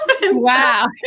Wow